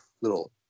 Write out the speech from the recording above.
little